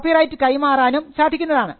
copyright കൈമാറാനും സാധിക്കുന്നതാണ്